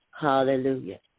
Hallelujah